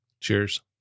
Cheers